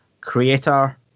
creator